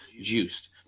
juiced